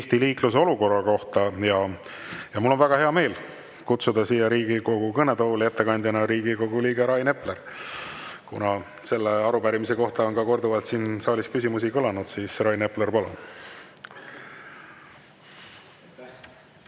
Eesti liikluse olukorra kohta. Mul on väga hea meel kutsuda Riigikogu kõnetooli ettekandjaks Riigikogu liige Rain Epler. Selle arupärimise kohta on korduvalt siin saalis küsimusi kõlanud. Rain Epler, palun!